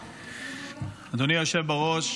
אדוני היושב בראש,